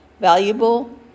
valuable